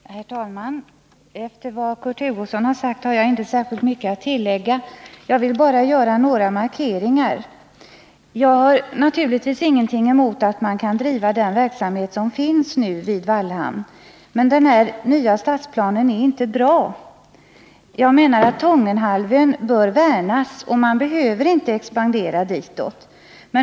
Herr talman! Efter vad Kurt Hugosson sagt har jag inte särskilt mycket att tillägga. Jag vill bara göra några markeringar. Jag har naturligtvis inget att erinra emot att man kan driva den verksamhet som nu finns i Vallhamn. Men planändringen är inte bra. Jag menar att Tångenhalvön bör värnas, och man behöver inte expandera ditåt.